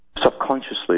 subconsciously